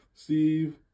Steve